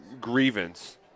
grievance